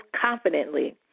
confidently